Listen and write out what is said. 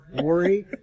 worry